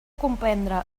comprendre